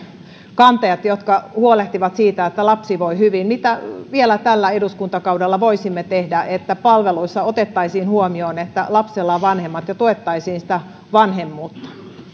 kantajat jotka huolehtivat siitä että lapsi voi hyvin mitä vielä tällä eduskuntakaudella voisimme tehdä että palveluissa otettaisiin huomioon että lapsella on vanhemmat ja tuettaisiin sitä vanhemmuutta